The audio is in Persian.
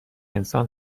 انسان